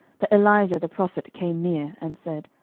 that elijah the prophet came near, and said,